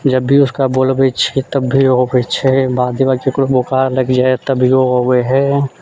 जब भी उसका बोलबै छियै तब भी अबै छै राति बिराति ककरो बोखार लागि जाइ तभियो अबै हय